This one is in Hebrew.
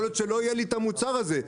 יכול להיות שלא יהיה לי את המוצר הזה,